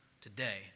today